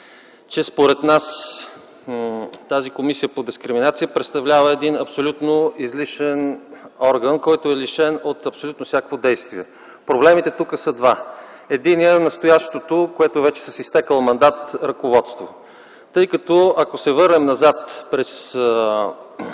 че според нас тази Комисия по дискриминация представлява един абсолютно излишен орган, който е лишен от абсолютно всякакво действие. Проблемите тук са два. Единият, настоящото ръководство, което е вече с изтекъл мандат. Ако се върнем назад през